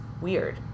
weird